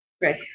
great